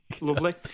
lovely